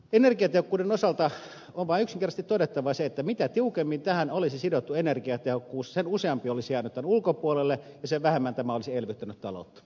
energiatehokkuuden osalta on vain yksinkertaisesti todettava se että mitä tiukemmin tähän olisi sidottu energiatehokkuus sen useampi olisi jäänyt tämän ulkopuolelle ja sen vähemmän tämä olisi elvyttänyt taloutta